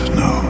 no